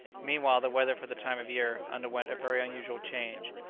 meanwhile the weather for the time of year underwent a very unusual change.